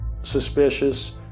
suspicious